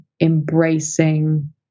embracing